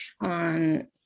on